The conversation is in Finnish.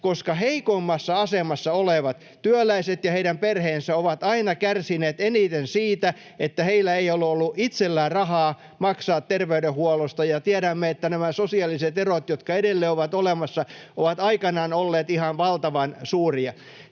koska heikoimmassa asemassa olevat työläiset ja heidän perheensä ovat aina kärsineet eniten siitä, että heillä ei ole ollut itsellään rahaa maksaa terveydenhuollosta, ja tiedämme, että nämä sosiaaliset erot, jotka edelleen ovat olemassa, ovat aikanaan olleet ihan valtavan suuria.